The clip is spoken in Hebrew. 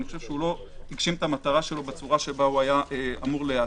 אני חושב שהוא לא הגשים את המטרה שלו בצורה שבה הוא היה אמור להיעשות.